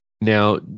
Now